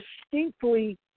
distinctly